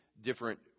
different